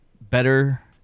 Better